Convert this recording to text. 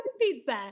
pizza